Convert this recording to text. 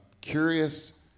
curious